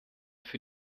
für